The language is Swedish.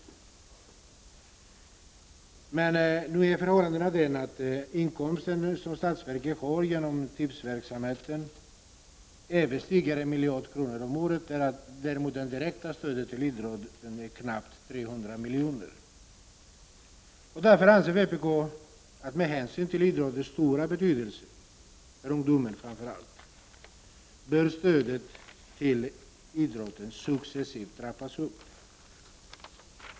Nu är emellertid förhållandet det, att den inkomst som statsverket får från tipsverksamheten överstiger 1 miljard kronor om året, medan däremot det direkta stödet till idrotten är knappt 300 milj.kr. Därför anser vpk att med hänsyn till idrottens stora betydelse för framför allt ungdomen bör stödet till idrotten successivt trappas upp.